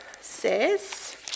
says